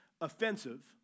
offensive